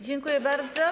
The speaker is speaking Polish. Dziękuję bardzo.